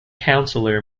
councillor